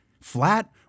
Flat